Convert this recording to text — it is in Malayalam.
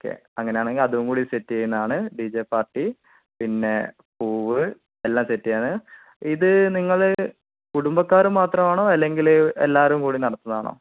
ഓക്കേ അങ്ങനെയാണെങ്കിൽ അതും കൂടെ സെറ്റ് ചെയുന്നതാണ് ഡീ ജെ പാർട്ടി പിന്നെ പൂവ് എല്ലാം സെറ്റാണ് ഇത് നിങ്ങള് കുടുംബക്കാർ മാത്രമാണോ അല്ലെങ്കിൽ എല്ലാവരും കൂടി നടത്തുന്നതാണോ